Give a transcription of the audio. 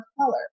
color